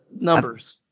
numbers